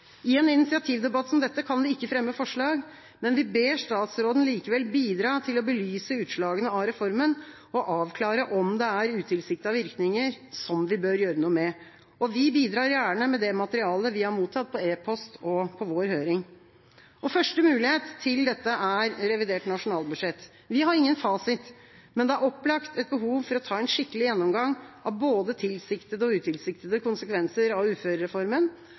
I en initiativdebatt som dette kan vi ikke fremme forslag, men vi ber statsråden likevel bidra til å belyse utslagene av reformen og avklare om det er utilsiktede virkninger som vi bør gjøre noe med. Vi bidrar gjerne med det materialet vi har mottatt på e-post og i høring. Første mulighet til dette er revidert nasjonalbudsjett. Vi har ingen fasit, men det er opplagt et behov for å ta en skikkelig gjennomgang av både tilsiktede og utilsiktede konsekvenser av uførereformen,